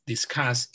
Discuss